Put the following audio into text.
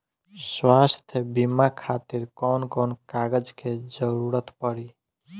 स्वास्थ्य बीमा खातिर कवन कवन कागज के जरुरत पड़ी?